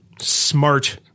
smart